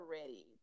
ready